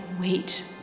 wait